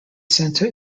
center